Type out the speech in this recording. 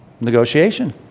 negotiation